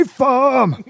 farm